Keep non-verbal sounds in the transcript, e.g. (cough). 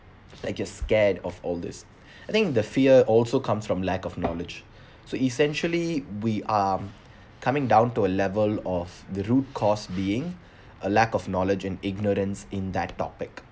like you're scared of all this (breath) I think the fear also comes from lack of knowledge (breath) so essentially we are coming down to a level of the root cause being a lack of knowledge and ignorance in that topic